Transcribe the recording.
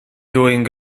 doing